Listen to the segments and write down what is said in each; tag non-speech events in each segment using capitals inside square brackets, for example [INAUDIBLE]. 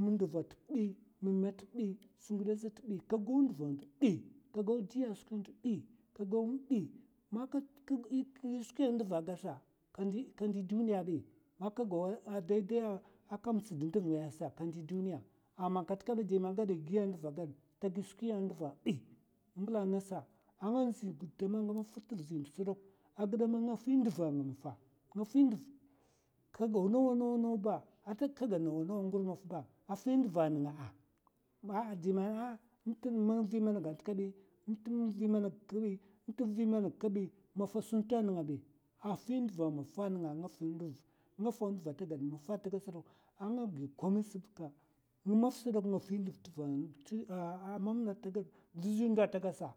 ma ndav te èay. ma me a te èay. skwi ngiɓe ate èi, ka gau nduva a ndo èi. ka gau diya a skwi ndo èay, ka gau ma èi. man ye gau skwi anduva aka gaɓ sa, kandi duniya aèi. man ka gau daidai a mutsda a nduv ngaya a huɓ sa kandi duniya amma kat kaèi di man ye giya a nduv aka gaɓ tagi skwi a nduva èi. mbela angasa anga ndzi gudama anga maffa avizi ndo se ɓok agide man nga fi nduva anga maffa, ka gau nawa nawa aka gan nawa nawa a ngur mafa ba afi nduva a nenga'a di man [HESITATION] m'vi man agaga te kaèi, maffa a sunta nenga aèi. Maffa afi nduv, afi nduva a maffa a nenga, anga fi nduv, anga gi komai se ɓadkwa nga maffa sa nga fi nduv amamna man tagaɓ vizi maffa atagɓ sa,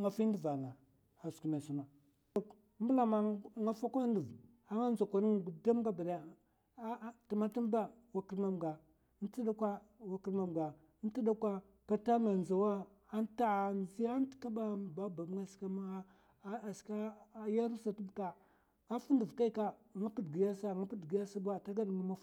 nga fi nduv a skwi man ye suna mbela man nga fokon ndu anga ndzokon nga gudam gaba ɓaya, tema tem ba wa kirmamga ntema tem ba wa kirmamga kata nga ndzau a babbnga ashike a yerwa satba, afu nduv kaèi ka nga pud giya sanga pud giya sa wa tagaɓ maf.